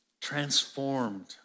transformed